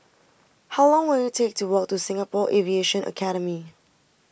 how long will it take to walk to Singapore Aviation Academy